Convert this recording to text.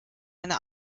eine